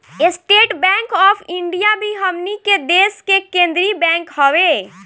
estate bank of India भी हमनी के देश के केंद्रीय बैंक हवे